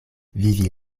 vivi